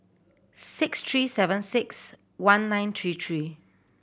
six three seven six one nine three three